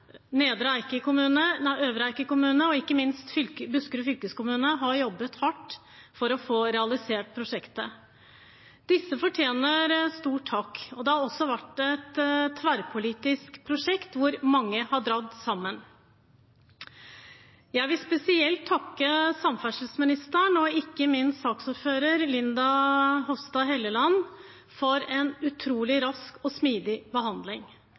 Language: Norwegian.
Eiker kommune og, ikke minst, Buskerud fylkeskommune har jobbet hardt for å få realisert prosjektet. Disse fortjener stor takk. Dette har også vært et tverrpolitisk prosjekt, hvor mange har jobbet sammen. Jeg vil spesielt takke samferdselsministeren og, ikke minst, saksordføreren, Linda C. Hofstad Helleland, for en utrolig rask og smidig behandling.